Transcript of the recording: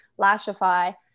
Lashify